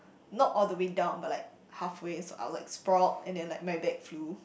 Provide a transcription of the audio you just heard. not all the way down but like halfway so I was like sprawled and then like my bag flew